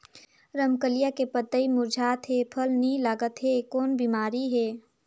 रमकलिया के पतई मुरझात हे फल नी लागत हे कौन बिमारी हे?